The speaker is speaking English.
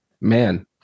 man